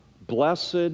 Blessed